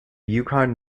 yukon